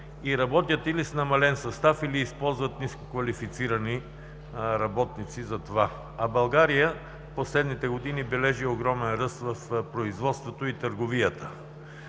и работят или с намален състав, или използват нискоквалифицирани работници за това. А България в последните години бележи огромен ръст в производството и търговията.